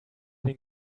den